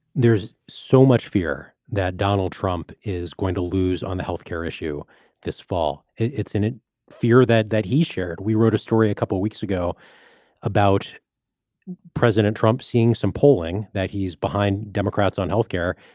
there's so much fear that donald trump is going to lose on the health care issue this fall. it's in ah fear that that he shared. we wrote a story a couple of weeks ago about president trump seeing some polling that he's behind democrats on health care.